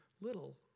little